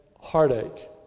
heartache